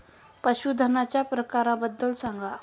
पशूधनाच्या प्रकारांबद्दल सांगा